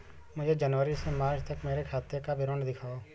मुझे जनवरी से मार्च तक मेरे खाते का विवरण दिखाओ?